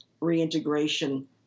reintegration